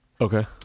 Okay